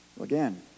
Again